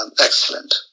excellent